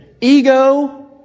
Ego